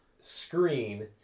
screen